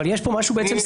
אבל יש פה משהו סמנטי,